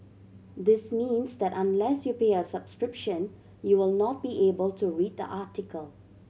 this means that unless you pay a subscription you will not be able to read the article